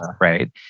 right